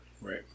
Right